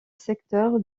secteur